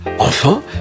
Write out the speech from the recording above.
Enfin